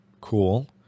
cool